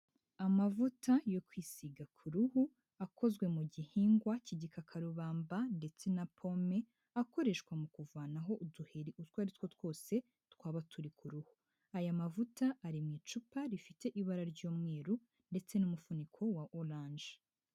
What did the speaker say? Amavuta yo kwisiga ku ruhu akozwe mu gihingwa k'igikakarubamba ndetse na pome akoreshwa mu kuvanaho uduheri utwo aritwo twose twaba turi ku ruhu, aya mavuta ari mu icupa rifite ibara ry'umweru ndetse n'umufuniko wa oranje.